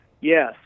Yes